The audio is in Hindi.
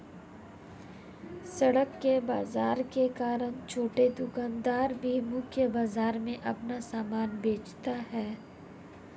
सड़क के बाजार के कारण छोटे दुकानदार भी मुख्य बाजार में अपना सामान बेचता है